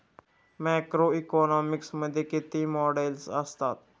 Macroeconomics मध्ये किती models असतात?